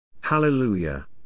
Hallelujah